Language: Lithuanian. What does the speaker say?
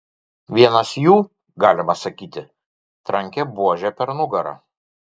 vienas jų galima sakyti trankė buože per nugarą